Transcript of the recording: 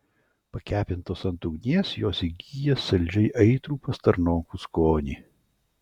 pakepintos ant ugnies jos įgyja saldžiai aitrų pastarnokų skonį